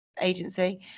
agency